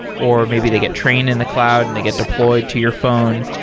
or maybe they get trained in the cloud and they get deployed to your phone.